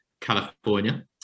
california